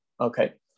Okay